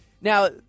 Now